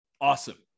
awesome